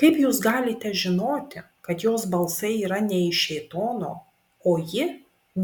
kaip jūs galite žinoti kad jos balsai yra ne iš šėtono o ji